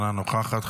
אינה נוכחת,